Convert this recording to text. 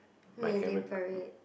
Mayday-Parade